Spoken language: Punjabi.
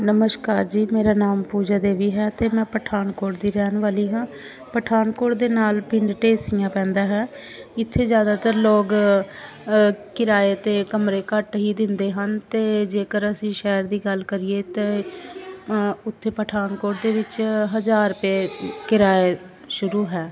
ਨਮਸਕਾਰ ਜੀ ਮੇਰਾ ਨਾਮ ਪੂਜਾ ਦੇਵੀ ਹੈ ਅਤੇ ਮੈਂ ਪਠਾਨਕੋਟ ਦੀ ਰਹਿਣ ਵਾਲੀ ਹਾਂ ਪਠਾਨਕੋਟ ਦੇ ਨਾਲ ਪਿੰਡ ਢੇਸੀਆਂ ਪੈਂਦਾ ਹੈ ਇੱਥੇ ਜ਼ਿਆਦਾਤਰ ਲੋਕ ਕਿਰਾਏ 'ਤੇ ਕਮਰੇ ਘੱਟ ਹੀ ਦਿੰਦੇ ਹਨ ਅਤੇ ਜੇਕਰ ਅਸੀਂ ਸ਼ਹਿਰ ਦੀ ਗੱਲ ਕਰੀਏ ਤਾਂ ਉੱਥੇ ਪਠਾਨਕੋਟ ਦੇ ਵਿੱਚ ਹਜ਼ਾਰ ਰੁਪਏ ਕਿਰਾਏ ਸ਼ੁਰੂ ਹੈ